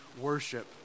worship